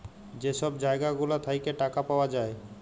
যে ছব জায়গা গুলা থ্যাইকে টাকা পাউয়া যায়